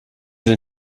den